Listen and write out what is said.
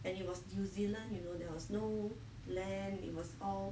and it was new zealand you know there was no land it was all